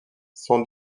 son